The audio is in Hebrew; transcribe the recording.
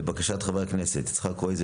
לבקשת חברי הכנסת יצחק קרויזר,